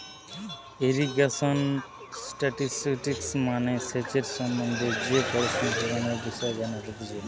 irrigation statistics মানে সেচের সম্বন্ধে যে পরিসংখ্যানের বিষয় জানা যাতিছে